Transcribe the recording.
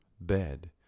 bed